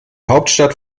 hauptstadt